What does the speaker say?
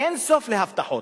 אין סוף להבטחות.